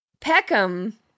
Peckham